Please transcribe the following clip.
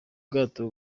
bwato